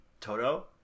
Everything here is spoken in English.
Toto